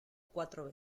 cuatros